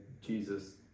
jesus